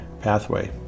pathway